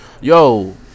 yo